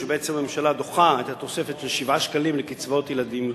שבעצם הממשלה דוחה את התוספת של 7 שקלים לקצבאות ילדים,